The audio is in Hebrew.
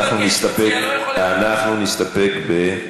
הם קשורים גם לבית-חולים שיבא,